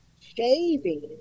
shaving